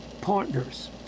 partners